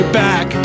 back